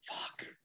Fuck